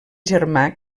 germà